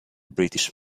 british